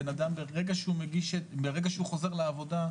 אדם ברגע שהוא חוזר לעבודה,